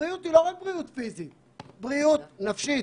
הבריאות היא לא רק פיזית אלא גם נפשית.